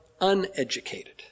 uneducated